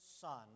son